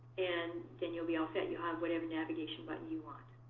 and then you'll be all set. you'll have whatever navigation button you want.